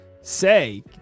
say